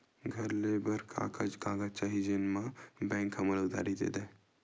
घर ले बर का का कागज चाही जेम मा बैंक हा मोला उधारी दे दय?